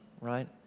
right